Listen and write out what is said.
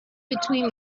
between